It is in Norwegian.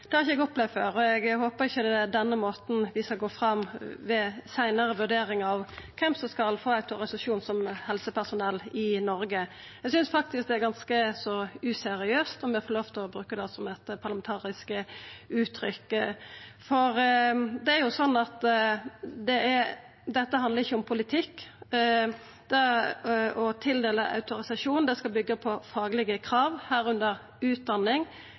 eg ikkje opplevd før, og eg håpar det ikkje er denne måten vi skal gå fram på ved seinare vurderingar av kven som skal få autorisasjon som helsepersonell i Noreg. Eg synest faktisk det er ganske så useriøst, om eg får lov til å bruka det som eit parlamentarisk uttrykk. Det handlar ikkje om politikk å tildela autorisasjon. Det skal byggja på faglege krav, medrekna utdanning,